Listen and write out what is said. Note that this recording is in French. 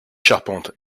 charpente